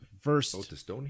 first